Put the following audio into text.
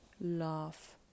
laugh